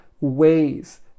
ways